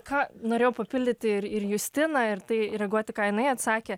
ką norėjau papildyti ir ir justina ir tai reaguoti ką jinai atsakė